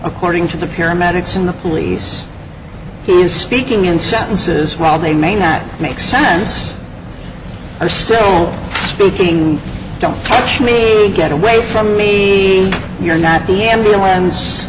according to the paramedics in the police he is speaking in sentences while they may not make sense or still speaking don't touch me get away from me you're not the ambulance